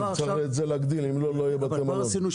צריך את זה להגדיר, אם לא, לא יהיה בתי מלון.